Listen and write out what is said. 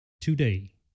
Today